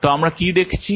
তো আমরা কি দেখেছি